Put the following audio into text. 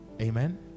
Amen